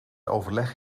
overleg